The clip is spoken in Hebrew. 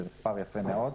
שזה מספר יפה מאוד.